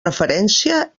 referència